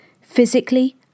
physically